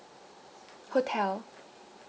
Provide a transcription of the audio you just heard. hotel